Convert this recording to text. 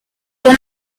down